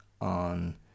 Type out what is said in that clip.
on